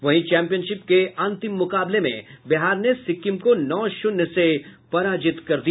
वहीं चैंपियनशिप के अंतिम मुकाबले में बिहार ने सिक्किम को नौ शून्य से पराजित कर दिया